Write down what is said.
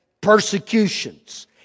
Persecutions